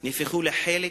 נהפכו לחלק